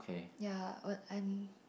ya what and